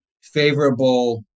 favorable